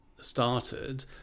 started